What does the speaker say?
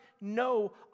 no